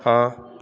ਹਾਂ